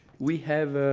we have